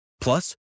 Plus